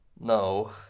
No